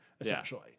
essentially